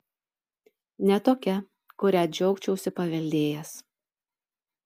ne tokia kurią džiaugčiausi paveldėjęs